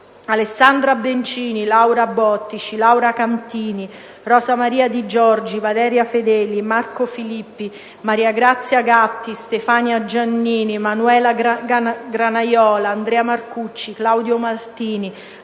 Alessandra Bencini, Laura Bottici, Laura Cantini, Rosa Maria Di Giorgi, Valeria Fedeli, Marco Filippi, Maria Grazia Gatti, Stefania Giannini, Manuela Granaiola, Andrea Marcucci, Claudio Martini,